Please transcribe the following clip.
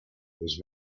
was